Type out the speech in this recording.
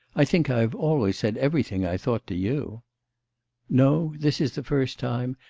i think i have always said everything i thought to you no, this is the first time,